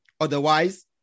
otherwise